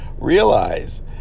realize